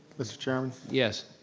mr. chairman. yes.